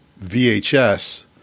VHS